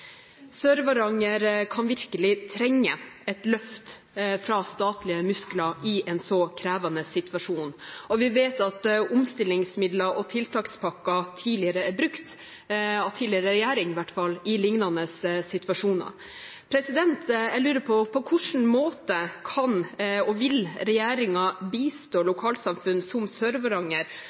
kan virkelig trenge et løft fra statlige muskler i en så krevende situasjon. Og vi vet at omstillingsmidler og tiltakspakker tidligere er brukt, av tidligere regjering i hvert fall, i lignende situasjoner. Jeg lurer på: På hvilken måte kan, og vil, regjeringen bistå lokalsamfunn som